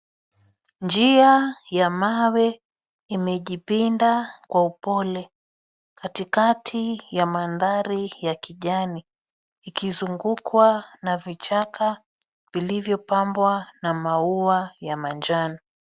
Njia ya mawe imejipinda kwa upole katikati ya mandhari ya kijani ikizungukwa na vichaka vilivyopambwa na mau ya majani.